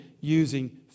using